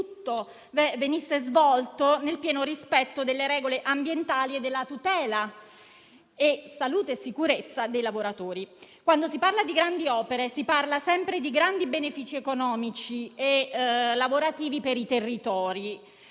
tutto venisse svolto nel pieno rispetto delle regole ambientali e della tutela, della salute e sicurezza dei lavoratori. Quando si parla di grandi opere, si parla sempre di grandi benefici economici e lavorativi per i territori;